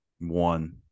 one